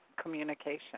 communication